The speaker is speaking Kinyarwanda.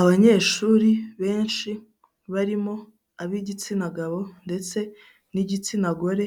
Abanyeshuri benshi barimo ab'igitsina gabo ndetse n'igitsina gore